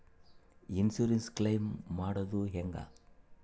Insurance claim ಮಾಡೋದು ಹೆಂಗ?